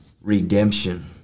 redemption